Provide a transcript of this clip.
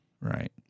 right